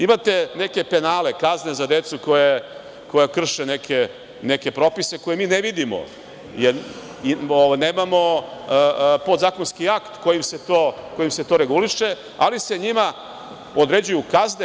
Imate neke penale, kazne za decu koja krše neke propise koje mi ne vidimo, jer nemamo podzakonski akt kojim se to reguliše, ali se njima određuju kazne.